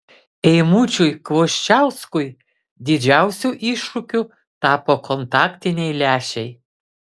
eimučiui kvoščiauskui didžiausiu iššūkiu tapo kontaktiniai lęšiai